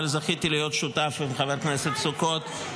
אבל זכיתי להיות שותף עם חבר הכנסת סוכות.